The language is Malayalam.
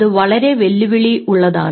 അത് വളരെ വെല്ലുവിളി ഉള്ളതാണ്